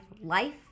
Life